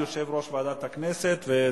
אני קובע שהצעת חוק הכנסת (תיקון מס' 31)